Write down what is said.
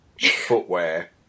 footwear